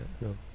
no